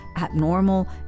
abnormal